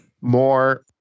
More